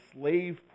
slave